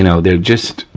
you know they're just,